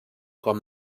com